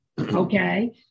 Okay